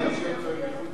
להוציא אותו אל מחוץ לחוק.